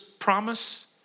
promise